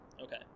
Okay